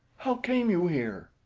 how came you here?